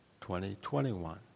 2021